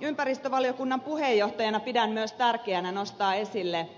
ympäristövaliokunnan puheenjohtajana pidän myös tärkeänä nostaa esille